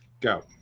Go